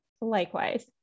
Likewise